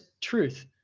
truth